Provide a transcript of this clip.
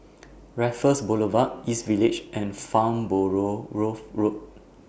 Raffles Boulevard East Village and Farnborough Road